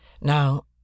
Now